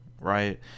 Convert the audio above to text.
right